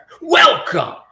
welcome